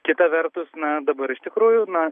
kita vertus mes dabar iš tikrųjų na